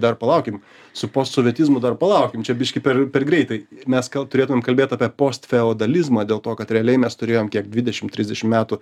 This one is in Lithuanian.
dar palaukim su post sovietizmu dar palaukim čia biškį per per greitai mes gal turėtumėm kalbėt apie post feodalizmą dėl to kad realiai mes turėjom kiek dvidešim trisdešim metų